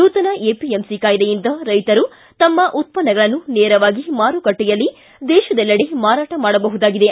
ನೂತನ ಎಪಿಎಂಸಿ ಕಾಯ್ದೆಯಿಂದ ರೈತರು ತಮ್ಮ ಉತ್ತನ್ನಗಳನ್ನು ನೇರವಾಗಿ ಮಾರುಕಟ್ಟೆಯಲ್ಲಿ ದೇಶದೆಲ್ಲೆಡೆ ಮಾರಾಟ ಮಾಡಬಹುದಾಗಿದೆ